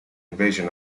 invasion